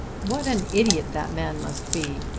what an idiot that man must be.